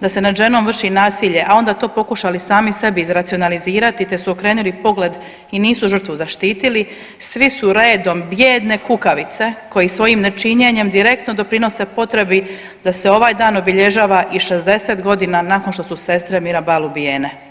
da se nad ženom vrši nasilje, a onda to pokušali sami sebi izracionalizirati te su okrenuli pogled i nisu žrtvu zaštitili svi su redom bijedne kukavice koji svojim nečinjenjem direktno doprinose potrebi da se ovaj dan obilježava i 60 godina nakon što su sestre Mirabal ubijene.